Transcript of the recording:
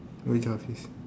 which office